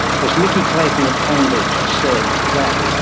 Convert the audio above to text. because nicky clayton at cambridge has said that,